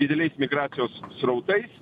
dideliais migracijos srautais